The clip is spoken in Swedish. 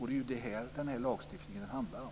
Det är det den här lagstiftningen handlar om.